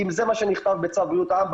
כי אם זה מה שנכתב בצו בריאות העם,